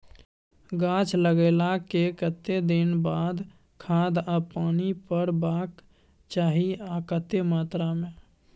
गाछ लागलाक कतेक दिन के बाद खाद आ पानी परबाक चाही आ कतेक मात्रा मे?